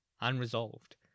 unresolved